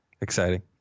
Exciting